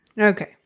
Okay